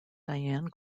diane